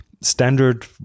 standard